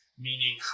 meaning